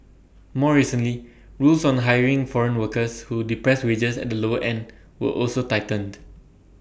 more recently rules on hiring foreign workers who depress wages at the lower end were also tightened